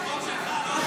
זה חוק שלך, לא?